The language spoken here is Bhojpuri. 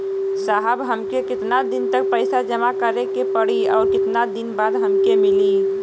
साहब हमके कितना दिन तक पैसा जमा करे के पड़ी और कितना दिन बाद हमके मिली?